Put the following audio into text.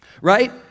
Right